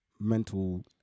Mental